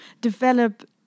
develop